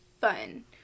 Fun